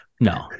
no